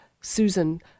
Susan